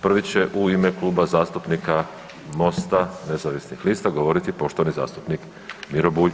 Prvi će u ime Kluba zastupnika Mosta nezavisnih lista govoriti poštovani zastupnik Miro Bulj.